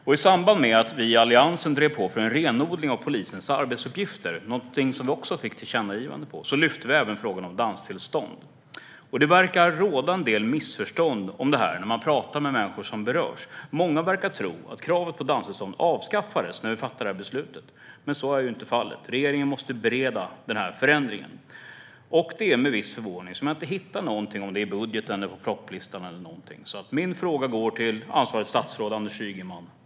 I samband med att vi i Alliansen drev på för en renodling av polisens arbetsuppgifter, någonting som vi också fick till ett tillkännagivande om, lyfte vi också upp frågan om danstillstånd. När man pratar med människor som berörs tycks det föreligga en del missförstånd om detta. Många verkar tro att kravet på danstillstånd avskaffades när vi fattade det här beslutet, men så är inte fallet. Regeringen måste bereda denna förändring. Jag blev lite förvånad över att inte hitta någonting om detta i budgeten eller listan över propositioner. Min fråga går till ansvarigt statsråd, Anders Ygeman.